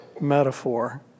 Metaphor